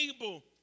able